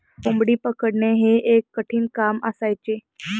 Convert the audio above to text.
कोंबडी पकडणे हे एक कठीण काम असायचे